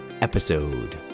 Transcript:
episode